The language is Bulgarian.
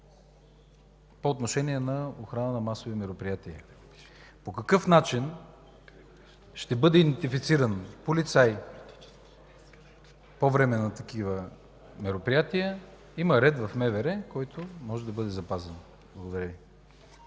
по отношение на охраната на масови мероприятия. По какъв начин ще бъде идентифициран полицай по време на такива мероприятия – има ред в МВР, който може да бъде запазен. Благодаря Ви.